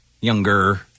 younger